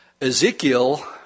Ezekiel